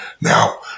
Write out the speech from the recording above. now